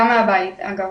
גם מהבית דרך אגב,